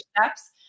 steps